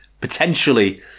potentially